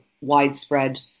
widespread